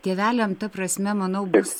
tėveliam ta prasme manau bus